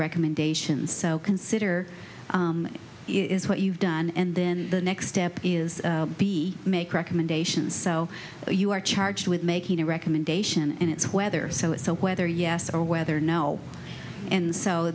recommendations so consider is what you've done and then the next step is be make recommendations so you are charged with making a recommendation and it's weather so it's a weather yes or weather no and so